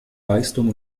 leistung